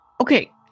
Okay